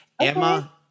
Emma